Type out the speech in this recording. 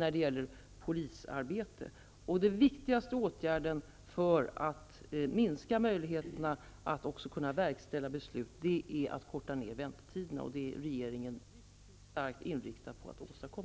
när det gäller polisarbete. Den viktigaste åtgärden för att minska möjligheterna att verkställa beslut är att korta ner väntetiderna. Det är regeringen starkt inriktad på att åstadkomma.